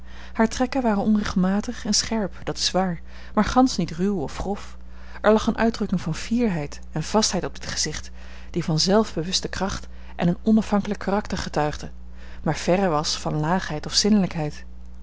hare trekken waren onregelmatig en scherp dat is waar maar gansch niet ruw of grof er lag eene uitdrukking van fierheid en vastheid op dit gezicht die van zelfbewuste kracht en een onafhankelijk karakter getuigde maar verre was van laagheid of